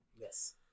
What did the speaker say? Yes